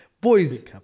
boys